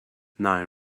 nine